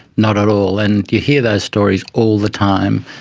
not at all, and you hear those stories all the time,